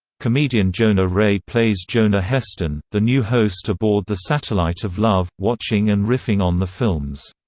comedian jonah ray plays jonah heston, the new host aboard the satellite of love, watching and riffing on the films.